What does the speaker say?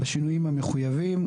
בשינויים המחויבים,